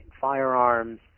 firearms